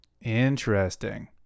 interesting